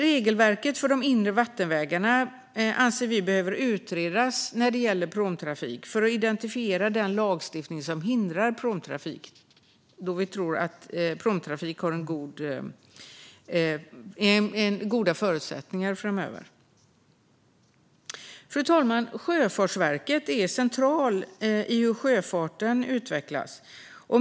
Regelverket för de inre vattenvägarna anser vi behöver utredas när det gäller pråmtrafik för att identifiera den lagstiftning som hindrar pråmtrafik, då vi tror att pråmtrafik har goda förutsättningar framöver. Fru talman! Sjöfartsverket är centralt i hur sjöfarten utvecklas.